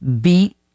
beat